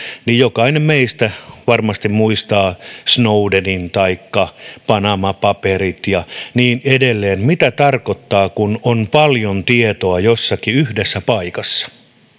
jokainen meistä varmasti muistaa snowdenin taikka panama paperit ja niin edelleen mitä tarkoittaa kun on paljon tietoa jossakin yhdessä paikassa